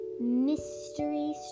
Mystery